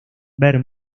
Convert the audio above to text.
ver